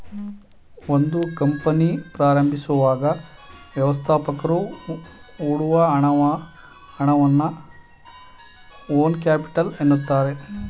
ಒಂದು ಕಂಪನಿ ಪ್ರಾರಂಭಿಸುವಾಗ ವ್ಯವಸ್ಥಾಪಕರು ಹೊಡುವ ಹಣವನ್ನ ಓನ್ ಕ್ಯಾಪಿಟಲ್ ಎನ್ನುತ್ತಾರೆ